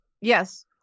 Yes